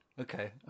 okay